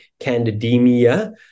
candidemia